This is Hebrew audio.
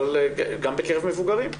אבל גם בקרב מבוגרים.